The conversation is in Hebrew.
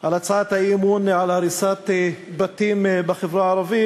של הצעת האי-אמון על הריסת בתים בחברה הערבית,